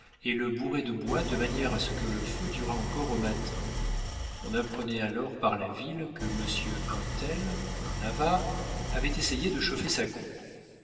et le bourraient de bois de manière à ce que le feu durât encore au matin on apprenait alors par la ville que monsieur un tel un avare avait essayé de chauffer sa cour